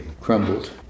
crumbled